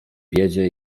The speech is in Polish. biedzie